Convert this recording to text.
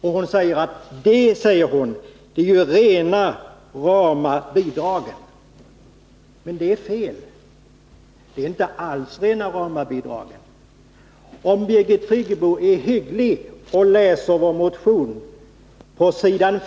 De, säger hon, är ju rena rama bidragen. Men det är fel — de är inte alls rena rama bidragen. Om Birgit Friggebo är hygglig och läser vår motion på s.